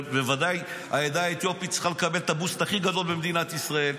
ובוודאי העדה האתיופית צריכה לקבל את הבוסט הכי גדול במדינת ישראל.